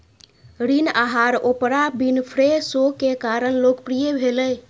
ऋण आहार Oprah Winfrey show के कारण लोकप्रिय भेलै